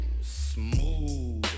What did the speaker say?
Smooth